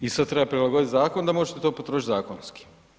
I sad treba prilagodit zakon da možete to potrošit zakonski.